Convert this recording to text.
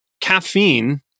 caffeine